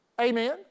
Amen